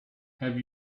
have